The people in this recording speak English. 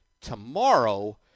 tomorrow